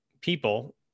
people